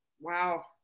Wow